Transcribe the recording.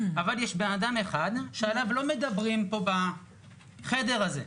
אבל יש בן אדם אחד שעליו לא מדברים פה בחדר הזה,